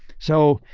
so,